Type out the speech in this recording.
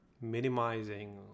minimizing